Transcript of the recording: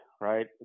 right